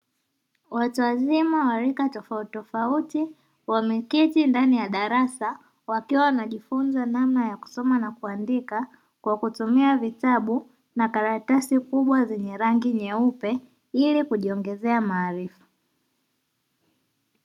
Watu wazima wa rika tofauti tofauti wameketi ndani ya darasa wakiwa wanajifunza namna ya kusoma na kuandika kwa kutumia vitabu na karatasi kubwa zenye rangi nyeupe ili kujiongezea maarifa.